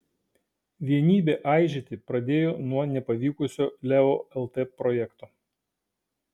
vienybė aižėti pradėjo nuo nepavykusio leo lt projekto